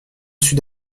sud